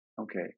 Okay